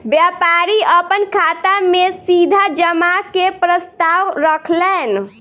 व्यापारी अपन खाता में सीधा जमा के प्रस्ताव रखलैन